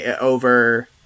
over